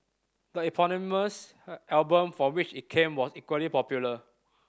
the eponymous album from which it came was equally popular